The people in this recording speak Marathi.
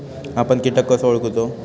आपन कीटक कसो ओळखूचो?